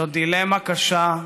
זו דילמה קשה,